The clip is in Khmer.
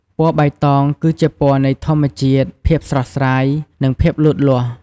ពណ៌បៃតង គឺជាពណ៌នៃ ធម្មជាតិ ភាពស្រស់ស្រាយ និង ភាពលូតលាស់។